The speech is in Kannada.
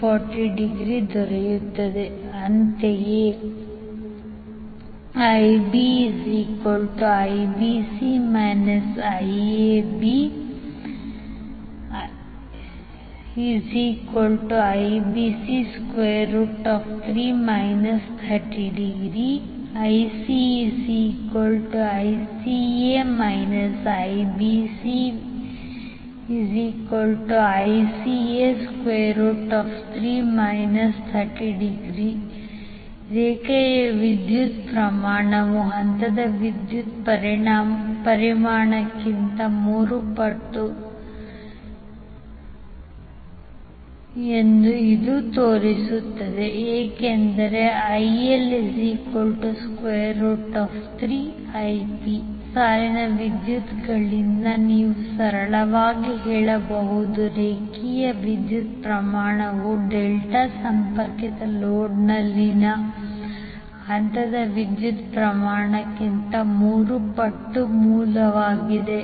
866IAB3∠ 30° ಅಂತೆಯೇ IbIBC IABIBC3∠ 30° IcICA IBCICA3∠ 30° ರೇಖೆಯ ವಿದ್ಯುತ್ ಪ್ರಮಾಣವು ಹಂತದ ವಿದ್ಯುತ್ ಪರಿಮಾಣಕ್ಕಿಂತ √3 ಪಟ್ಟು ಎಂದು ಇದು ತೋರಿಸುತ್ತದೆ ಅಂದರೆ IL3Ip ಸಾಲಿನ ವಿದ್ಯುತ್ಗಳಿಂದ ನೀವು ಸರಳವಾಗಿ ಹೇಳಬಹುದು ರೇಖೆಯ ವಿದ್ಯುತ್ ಪ್ರಮಾಣವು ಡೆಲ್ಟಾ ಸಂಪರ್ಕಿತ ಲೋಡ್ನಲ್ಲಿನ ಹಂತದ ವಿದ್ಯುತ್ ಪ್ರಮಾಣಕ್ಕಿಂತ 3 ಪಟ್ಟು ಮೂಲವಾಗಿದೆ